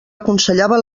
aconsellava